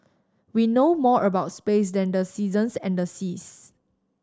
we know more about space than the seasons and the seas